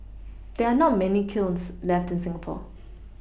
there are not many kilns left in Singapore